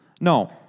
No